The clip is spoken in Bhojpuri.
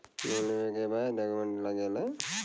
लोन लेवे के का डॉक्यूमेंट लागेला?